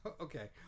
Okay